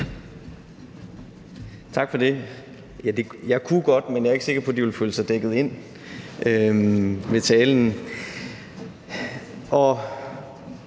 Tak for det. Jeg kunne godt, men jeg er ikke sikker på, at de ville føle sig dækket ind med min tale.